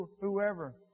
Whoever